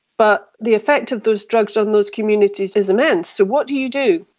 but the effect of those drugs on those communities is immense. what do you do?